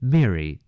Mary